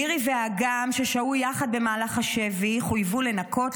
לירי ואגם ששהו ביחד במהלך השבי חויבו לנקות,